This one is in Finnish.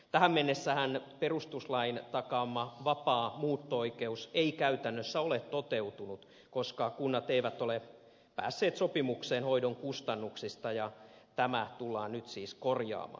tähän mennessähän perustuslain takaama vapaa muutto oikeus ei käytännössä ole toteutunut koska kunnat eivät ole päässeet sopimukseen hoidon kustannuksista ja tämä tullaan nyt siis korjaamaan